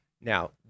Now